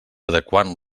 adequant